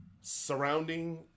surrounding